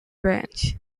branch